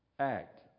act